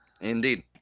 Indeed